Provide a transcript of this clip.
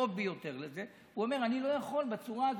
הקרוב ביותר לזה: אני לא יכול בצורה הזאת.